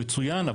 מצוין,